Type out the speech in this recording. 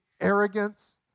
arrogance